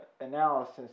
analysis